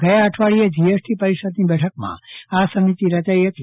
ગયા અઠવાડિયાએ જીએસટી પરિષદની બેઠકમાં આ સમિતિ રચાઈ હતી